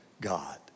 God